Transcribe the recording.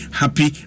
happy